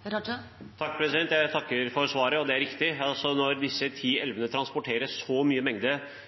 Jeg takker for svaret. Det er riktig at når disse ti elvene transporterer så